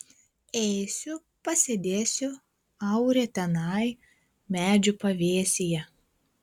eisiu pasėdėsiu aure tenai medžių pavėsyje